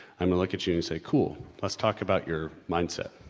i'm gonna look at you and say cool, let's talk about your mindset.